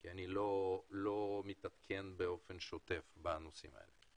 כי אני לא מתעדכן באופן שוטף בנושאים האלה.